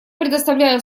предоставляю